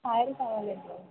కాయలు కావాలండి